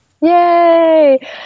Yay